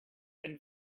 and